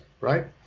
right